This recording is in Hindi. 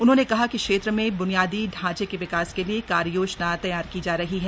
उन्होंने कहा कि क्षेत्र में ब्नियादी ढांचे के विकास के लिए कार्ययोजना तैयार की जा रही है